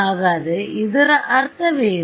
ಹಾಗಾದರೆ ಇದರ ಅರ್ಥವೇನು